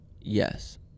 Yes